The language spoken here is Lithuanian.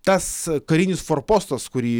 tas karinis forpostas kurį